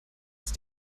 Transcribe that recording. ist